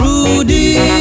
Rudy